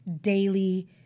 daily